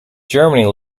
germany